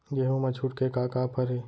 गेहूँ मा छूट के का का ऑफ़र हे?